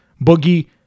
Boogie